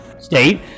state